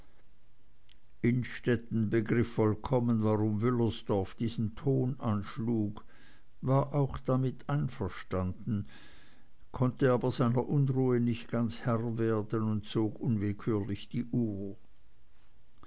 innstetten begriff vollkommen warum wüllersdorf diesen ton anschlug war auch damit einverstanden konnte aber seiner unruhe nicht ganz herr werden und zog unwillkürlich die uhr